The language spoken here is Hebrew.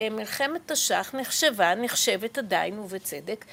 מלחמת השח נחשבה, נחשבת עדיין ובצדק